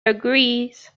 agrees